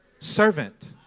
Servant